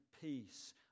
peace